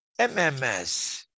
MMS